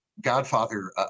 godfather